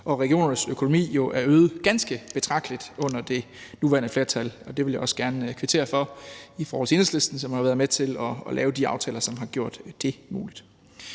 og regionernes økonomi jo er øget ganske betragteligt under det nuværende flertal. Og det vil jeg også gerne kvittere for i forhold til Enhedslisten, som har været med til at lave de aftaler, som har gjort det muligt.